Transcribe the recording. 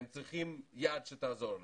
והם צריכים יד שתעזור להם,